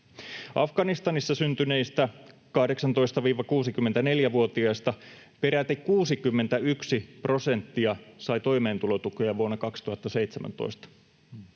Afganistanissa syntyneistä 18—64-vuotiaista peräti 61 prosenttia sai toimeentulotukea vuonna 2017.